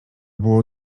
było